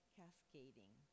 cascading